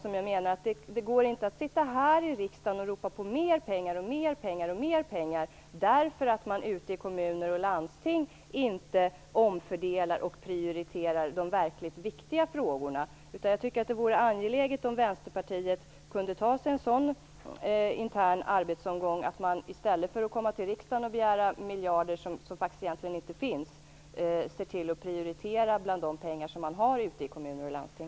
Vi menar att det inte går att sitta här i riksdagen och ropa på mer pengar och ännu mer pengar därför att kommuner och landsting inte omfördelar och prioriterar de verkligt viktiga frågorna. Det vore angeläget om Vänsterpartiet kunde ta sig en sådan intern arbetsomgång att man i stället för att komma till riksdagen och begära miljarder som egentligen inte finns ser till att prioritera med de pengar man har ute i kommuner och landsting.